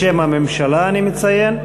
בשם הממשלה, אני מציין.